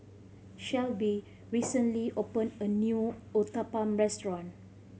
Shelbie recently opened a new Uthapam Restaurant